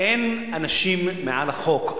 אין אנשים מעל לחוק.